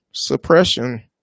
Suppression